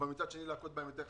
ומצד שני יכו בהם יותר חזק.